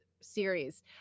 series